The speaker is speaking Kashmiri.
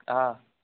آ